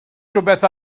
rhywbeth